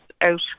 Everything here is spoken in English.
out